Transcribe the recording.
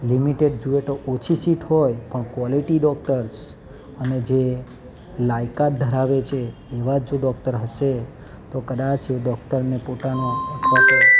limited જુએ તો ઓછી સીટ હોય પણ ક્વોલીટી ડૉક્ટર્સ અને જે લાયકાત ધરાવે છે એવા જો ડૉક્ટર હશે તો કદાચ એ ડૉક્ટરને પોતાનો કર્તવ્ય